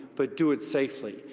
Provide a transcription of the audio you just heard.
but do it safely.